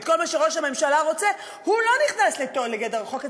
את כל מה שראש הממשלה רוצה הוא לא נכנס לגדר החוק הזה.